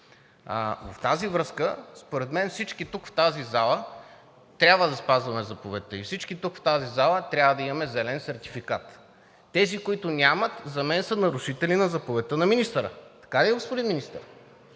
В тази връзка според мен всички тук, в тази зала, трябва да спазваме заповедта, и всички тук, в тази зала, трябва да имаме зелен сертификат. Тези, които нямат, за мен са нарушители на заповедта на министъра. Така ли е, господин Министър?